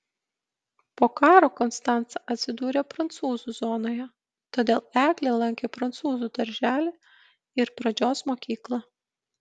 po karo konstanca atsidūrė prancūzų zonoje todėl eglė lankė prancūzų darželį ir pradžios mokyklą